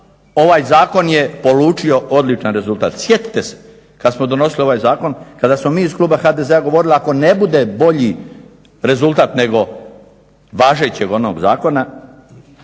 ovaj zakon je polučio odličan rezultat, sjetite se kada smo donosili ovaj zakon, kada smo mi iz kluba HDZ-a govorili ako ne bude bolji rezultat nego važećeg onog zakona